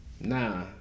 nah